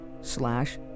slash